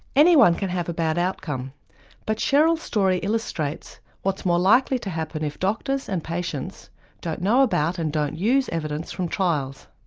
anyone can have a bad outcome but cheryl's story illustrates what's more likely to happen if doctors and patients don't know about and don't use evidence from trials.